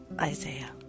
Isaiah